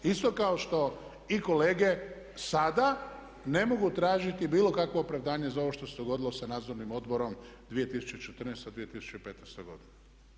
Isto kao što i kolege sada ne mogu tražiti bilo kakvo opravdanje za ovo što se dogodilo sa nadzornim odborom 2014.-2015. godina.